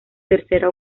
tercera